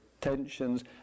tensions